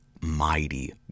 Mighty